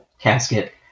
casket